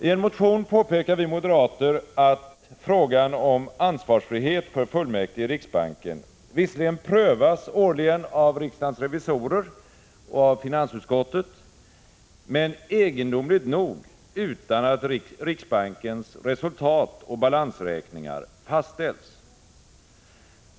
I en motion påpekade vi moderater att frågan om ansvarsfrihet för fullmäktige i riksbanken visserligen" prövas årligen av riksdagens revisorer och finansutskottet men egendomligt nog utan att riksbankens resultatoch balansräkningar fastställs.